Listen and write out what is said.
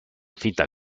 cita